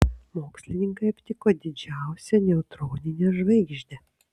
mokslininkai aptiko didžiausią neutroninę žvaigždę